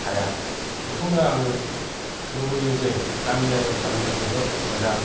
थाया बेखौनो आङो लुगैयो जे गामियारियाव थानानै जोबोद मोजां